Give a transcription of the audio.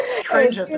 Cringe